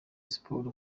sports